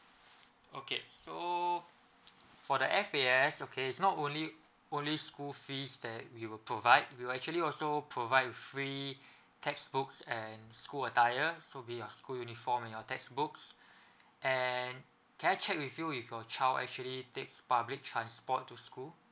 okay so for the F_A_S okay it's not only only school fees that we will provide we'll actually also provide free textbooks and school attire so be your school uniform and your textbooks and can I check with you if your child actually takes public transport to school